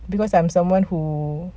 because I'm someone who